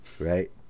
Right